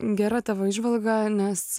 gera tavo įžvalga nes